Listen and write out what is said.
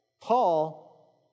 Paul